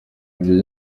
ibyo